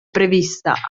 prevista